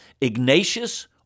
Ignatius